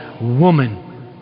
woman